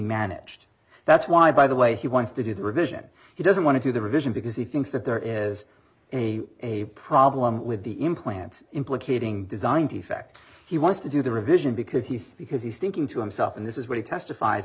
managed that's why by the way he wants to do the revision he doesn't want to do the revision because he thinks that there is a a problem with the implant implicating design defect he wants to do the revision because he's because he's thinking to himself and this is what he testifie